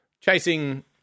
chasing